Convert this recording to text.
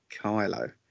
kylo